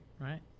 right